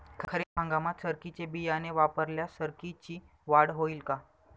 खरीप हंगामात सरकीचे बियाणे वापरल्यास सरकीची वाढ होईल का?